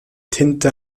tinte